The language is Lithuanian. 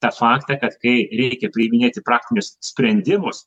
tą faktą kad kai reikia priiminėti praktinius sprendimus